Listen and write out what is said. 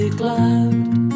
climbed